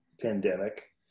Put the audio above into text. pandemic